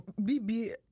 BB